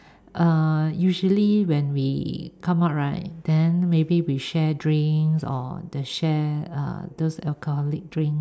uh usually when we come out right then maybe we share drinks or share those alcoholic drink